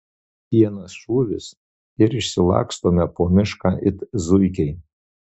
vienas šūvis ir išsilakstome po mišką it zuikiai